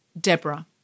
Deborah